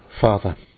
father